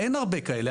אין הרבה כאלה,